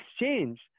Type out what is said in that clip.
exchange